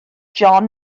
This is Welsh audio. john